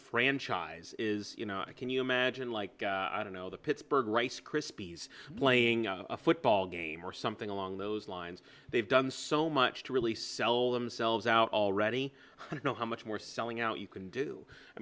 franchise is you know i can you imagine like i don't know the pittsburgh rice krispies playing a football game or something along those lines they've done so much to really sell themselves out already i don't know how much more selling out you can do i